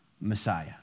Messiah